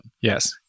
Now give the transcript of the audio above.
Yes